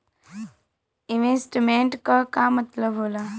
Investment क का मतलब हो ला?